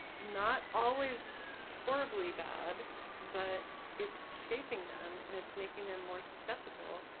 not always horribly bad but it's shaping them and it's making them more susceptible,